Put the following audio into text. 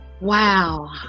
Wow